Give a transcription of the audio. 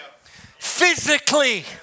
physically